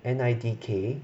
and I D K